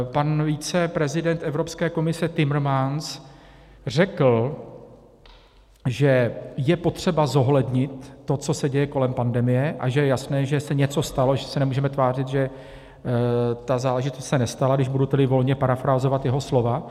Pan viceprezident Evropské komise Timmermans řekl, že je potřeba zohlednit to, co se děje kolem pandemie, a že je jasné, že se něco stalo, že se nemůžeme tvářit, že se ta záležitost nestala, když budu tedy volně parafrázovat jeho slova.